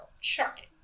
Shocking